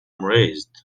raised